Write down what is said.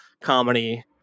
comedy